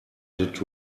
did